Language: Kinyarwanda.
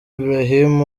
ibrahim